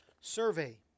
Survey